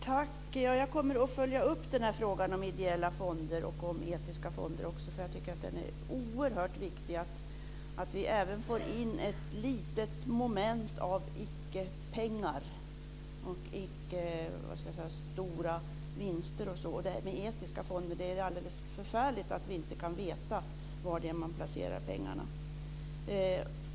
Fru talman! Jag kommer att följa upp frågan om ideella fonder och etiska fonder. Det är oerhört viktigt att vi får in ett moment av icke-pengar, som inte går ut på stora vinster. Det är alldeles förfärligt att vi inte kan veta var fonderna placerar pengar.